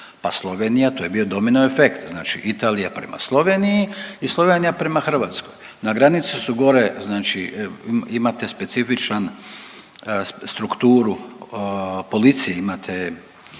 Pa Slovenija, to je bio domino efekt. Znači Italija prema Sloveniji i Slovenija prema Hrvatskoj. Na granicu su gore, znači imate specifičan strukturu policije, imate,